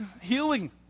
healing